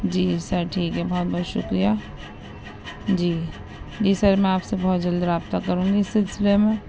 جی sir ٹھیک ہے بہت بہت شکریہ جی جی سر میں آپ سے بہت جلدی رابطہ کروں گی اس سلسلے میں